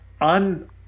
un